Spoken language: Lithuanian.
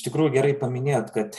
iš tikrųjų gerai paminėjot kad